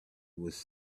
was